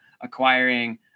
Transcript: acquiring